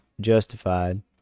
Justified